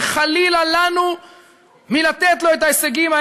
וחלילה לנו מלתת לו את ההישגים.